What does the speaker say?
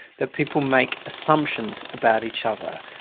that people make assumptions about each other,